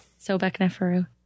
Sobekneferu